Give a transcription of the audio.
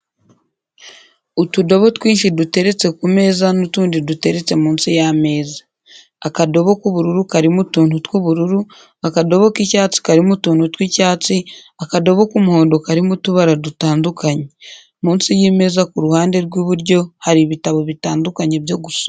Utudobo twinshi duteretse ku meza n'utundi duteretse munsi y'ameza. Akadobo k'ubururu karimo utuntu tw'ubururu, akadobo k'icyatsi karimo utuntu tw'icyatsi, akadobo k'umuhondo karimo utubara dutandukanye .Mu nsi y'imeza ku ruhande rw'iburyo hari ibitabo bitandukanye byo gusoma.